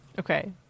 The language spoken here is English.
Okay